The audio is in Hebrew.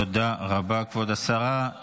תודה רבה, כבוד השרה.